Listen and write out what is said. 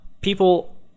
people